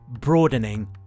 broadening